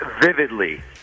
vividly